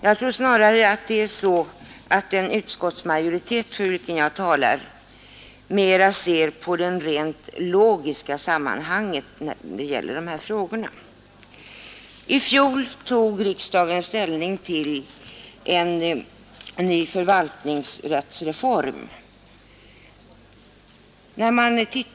Det är snarare så att den utskottsmajoritet för vilken jag talar mera ser på det rent logiska sammanhanget när det gäller dessa frågor. Riksdagen tog i fjol ställning till en ny förvaltningsrättsreform.